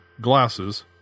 glasses